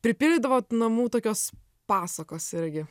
pripildydavo namų tokios pasakos irgi